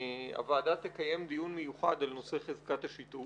הוועדה תקיים דיון מיוחד על נושא של חזקת השיתוף